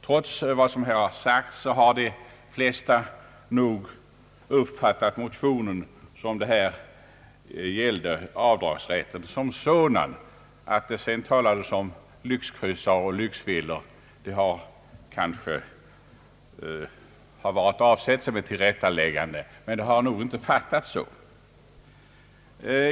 Trots vad som här sagts har nog de flesta så uppfattat ifrågavarande motion att den gäller avdragsrätten som sådan. Talet om lyxkryssare och lyxvillor har kanske varit avsett som ett tillrättaläggande men har nog inte uppfattats så.